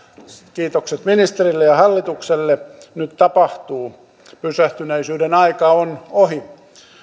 kiitokset ministerille ja hallitukselle nyt tapahtuu pysähtyneisyyden aika on ohi